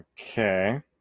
Okay